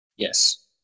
Yes